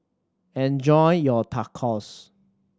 enjoy your Tacos